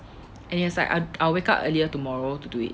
and he's like I'll I'll wake up earlier tomorrow to do it